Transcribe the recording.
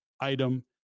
item